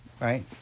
Right